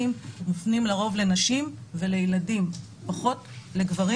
מופנים לרוב לנשים ולילדים ופחות לגברים.